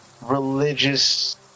religious